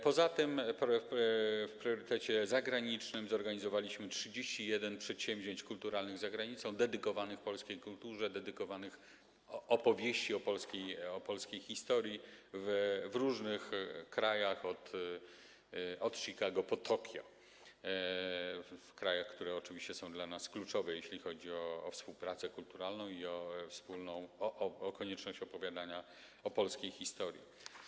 Poza tym w priorytecie zagranicznym zorganizowaliśmy 31 przedsięwzięć kulturalnych za granicą dedykowanych polskiej kulturze, dedykowanych opowieści o polskiej historii, w różnych krajach - od Chicago po Tokio, w krajach, które oczywiście są dla nas kluczowe, jeśli chodzi o współpracę kulturalną i o wspólną... o konieczność opowiadania o polskiej historii.